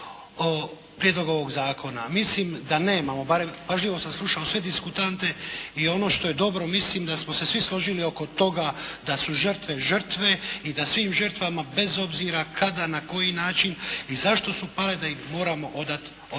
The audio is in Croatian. prijedlog ovoga zakona. Mislim da nemamo, barem, pažljivo sam slušao sve diskutante i ono što je dobro mislim da smo se svi složili oko toga da su žrtve žrtve i da svim žrtvama bez obzira kada, na koji način i zašto su pale da im moramo odati